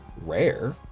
rare